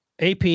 AP